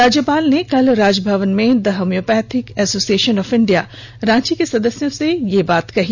राज्यपाल ने कल राजभवन में the homoeopathic association of India Ranchi के सदस्यों से यह बात कहीं